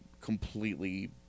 completely